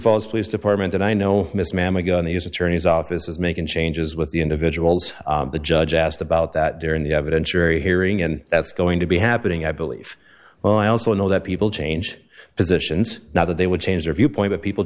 falls police department and i know miss ma'am i go in the u s attorney's office is making changes with the individuals the judge asked about that during the evidentiary hearing and that's going to be happening i believe well i also know that people change positions now that they would change their viewpoint that people